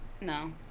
No